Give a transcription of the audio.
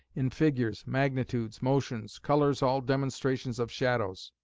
in figures magnitudes, motions, colours all demonstrations of shadows.